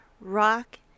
rock